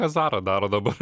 ką zara daro dabar